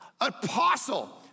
Apostle